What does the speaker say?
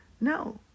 No